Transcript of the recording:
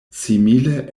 simile